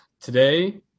Today